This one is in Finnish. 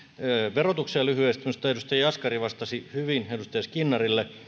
verotukseen lyhyesti minusta edustaja jaskari vastasi hyvin edustaja skinnarille